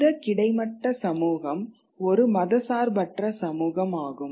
இந்த கிடைமட்ட சமூகம் ஒரு மதச்சார்பற்ற சமூகம் ஆகும்